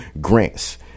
grants